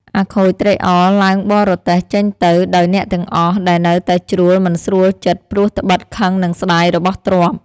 អាខូចត្រេកអរឡើងបរទេះចេញទៅដោយអ្នកទាំងអស់ដែលនៅតែជ្រួលមិនស្រួលចិត្ដព្រោះត្បិតខឹងនិងស្ដាយរបស់ទ្រព្យ។